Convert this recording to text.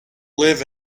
live